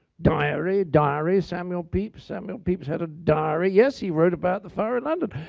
diary, diary, samuel pepys, samuel pepys had a diary, yes, he wrote about the fire of london.